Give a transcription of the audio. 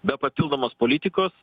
be papildomos politikos